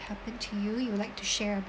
happen to you you'd like to share